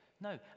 No